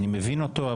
אני מבין אותו,